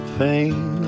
pain